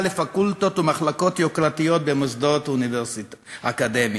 לפקולטות ולמחלקות יוקרתיות במוסדות אקדמיים,